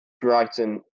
Brighton